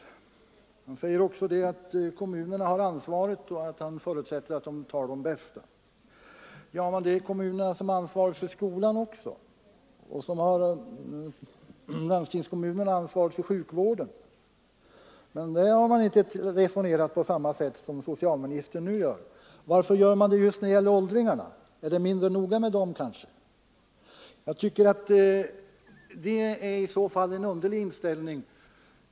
Socialministern säger också att kommunerna har ansvaret och att han förutsätter att de anställer de bästa. Det är kommunerna som också har ansvaret för skolan och landstingskommunerna som har ansvaret för sjukvården, men där har man inte resonerat på samma sätt som socialministern nu gör. Varför skulle man göra det just när det gäller åldringarna? Är det mindre noga med dem kanske? Jag tycker att det i så fall är en underlig inställning.